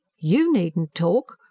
you needn't talk!